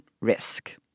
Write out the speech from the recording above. risk